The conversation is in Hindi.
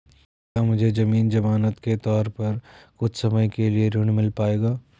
क्या मुझे ज़मीन ज़मानत के तौर पर कुछ समय के लिए ऋण मिल पाएगा?